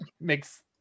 makes